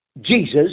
Jesus